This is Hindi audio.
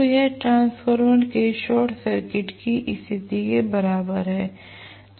तो यह ट्रांसफार्मर के शॉर्ट सर्किट की स्थिति के बराबर है